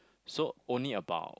so only about